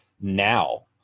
now